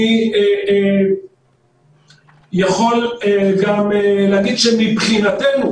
אני יכול גם להגיד שמבחינתנו